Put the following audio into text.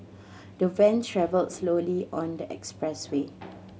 the van travelled slowly on the expressway